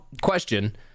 question